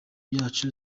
yacu